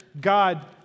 God